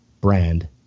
brand